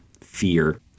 fear